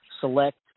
select